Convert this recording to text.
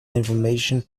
information